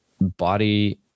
body